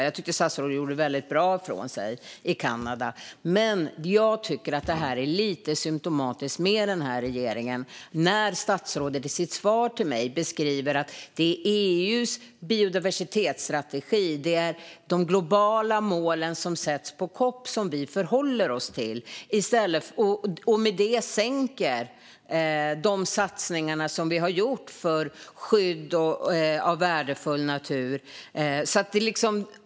Jag tycker att statsrådet gjorde väldigt bra ifrån sig. Men det är lite symtomatiskt för den här regeringen när statsrådet i sitt svar till mig beskriver att det är EU:s biodiversitetsstrategi och de globala mål som sätts på COP som vi förhåller oss till och därmed sänker de satsningar som vi har gjort för skydd av värdefull natur.